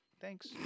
Thanks